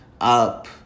up